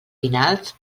finals